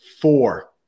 four